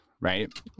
right